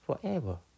forever